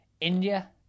India